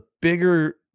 bigger